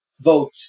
vote